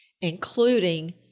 including